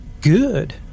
Good